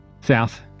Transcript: south